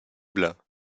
blanc